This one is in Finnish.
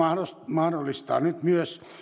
mahdollistaa nyt myös